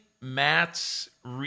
Matt's